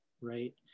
right